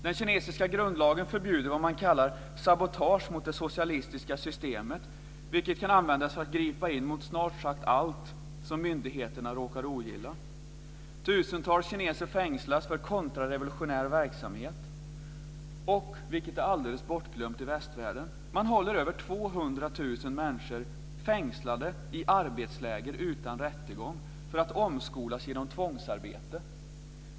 Den kinesiska grundlagen förbjuder vad man kallar sabotage mot det socialistiska systemet, vilket kan användas för att gripa in mot snart sagt allt som myndigheterna råkar ogilla. Tusentals kineser fängslas för kontrarevolutionär verksamhet och - vilket är alldeles bortglömt i västvärlden - man håller över 200 000 människor fängslade i arbetsläger utan rättegång för att omskolas genom tvångsarbete.